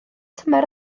tymer